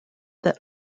that